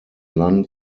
land